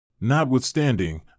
notwithstanding